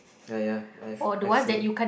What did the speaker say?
ah ya I've I've seen